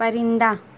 پرندہ